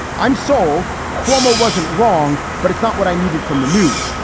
i'm sold. cuomo wasn't wrong, but it's not what i needed from the news.